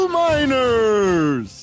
miners